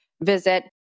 visit